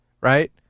right